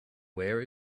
where